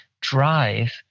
drive